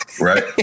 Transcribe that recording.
right